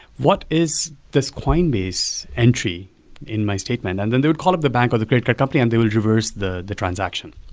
what is this coinbase entry in my statement? and then they would call up the bank or the credit card company and they will reverse the the transaction.